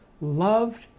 loved